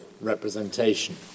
representation